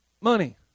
money